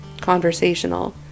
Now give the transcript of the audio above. conversational